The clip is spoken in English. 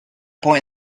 point